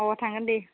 अ थांगोन दे